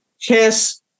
Kiss